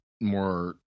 More